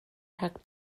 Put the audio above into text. rhag